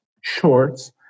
shorts